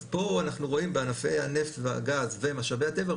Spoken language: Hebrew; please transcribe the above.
אז פה אנחנו רואים בענפי הנפט והגז ומשאבי הטבע,